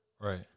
Right